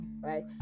right